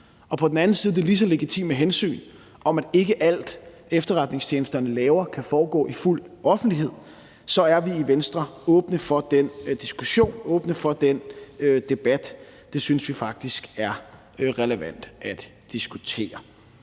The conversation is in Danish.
og på den anden side det lige så legitime hensyn om, at ikke alt, hvad efterretningstjenesterne laver, kan foregå i fuld offentlighed, så er vi i Venstre åbne for den diskussion, åbne for den debat. Det synes vi faktisk er relevant at diskutere.